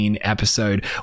episode